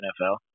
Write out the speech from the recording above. NFL